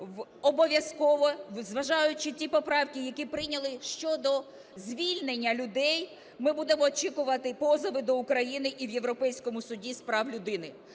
обов'язково, зважаючи ті поправки, які прийняли щодо звільнення людей, ми будемо очікувати позови до України і в Європейському суді з прав людини.